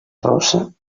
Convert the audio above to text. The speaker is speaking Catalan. rossa